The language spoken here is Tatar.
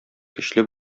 көчле